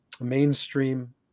mainstream